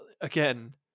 again